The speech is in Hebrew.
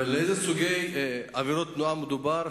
באילו סוגי עבירות תנועה מדובר,